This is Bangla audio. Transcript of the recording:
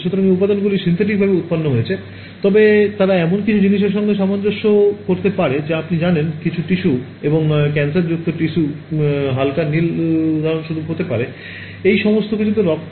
সুতরাং এই উপাদানগুলি সিন্থেটিকভাবে উত্পন্ন হয়েছে তবে তারা এমন কিছু জিনিসের সাথে সামঞ্জস্য করতে পারে যা আপনি জানেন কিছু টিস্যু এবং ক্যান্সারযুক্ত টিস্যু হালকা নীল উদাহরণস্বরূপ হতে পারে এই সমস্ত কিছুতে রক্ত